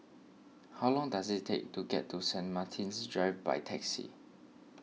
how long does it take to get to Saint Martin's Drive by taxi